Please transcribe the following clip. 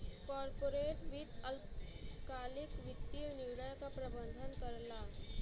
corporate वित्त अल्पकालिक वित्तीय निर्णय क प्रबंधन करला